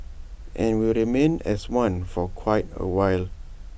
and will remain as one for quite A while